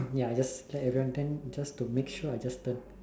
ya I just let everyone then just to make sure I just turn